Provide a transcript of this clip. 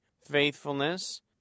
faithfulness